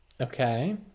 Okay